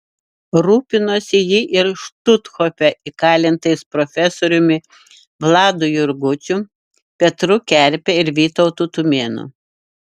rūpinosi ji ir štuthofe įkalintais profesoriumi vladu jurgučiu petru kerpe ir vytautu tumėnu